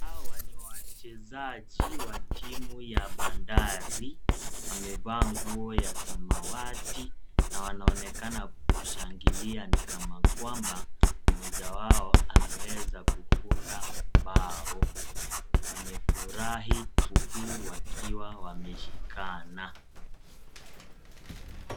Hawa ni wachezaji wa timu ya Bandari, wamevaa nguo ya samawati na wanaonekana kushangilia nikama kwamba mmoja wao ameweza kufunga bao, wamefurahi huku wakiwa wameshikana.